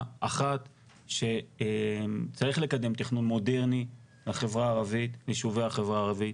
אחת שצריך לקדם תכנון מודרני בישובי החברה הערבית